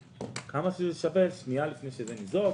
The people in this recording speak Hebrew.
כמה שזה שווה שנייה לפני שזה נשרף.